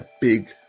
big